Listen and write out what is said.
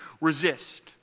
resist